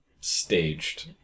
staged